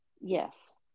Yes